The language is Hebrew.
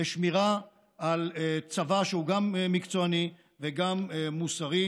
לשמירה על צבא שהוא גם מקצועני וגם מוסרי.